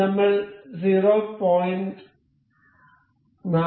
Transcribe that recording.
അതിനാൽ നമ്മൾ 0